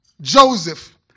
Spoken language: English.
Joseph